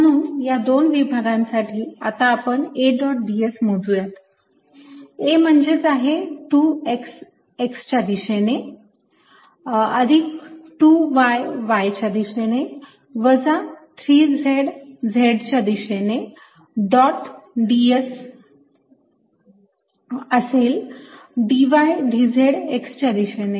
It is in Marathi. म्हणून या दोन विभागांसाठी आता आपण A डॉट ds मोजूया A म्हणजेच आहे 2x x च्या दिशेने अधिक 2y y च्या दिशेने वजा 3z z च्या दिशेने डॉट ds असेल dy dz x च्या दिशेने